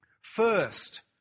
first